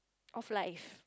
of life